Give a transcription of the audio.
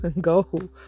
go